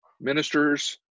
ministers